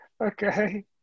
okay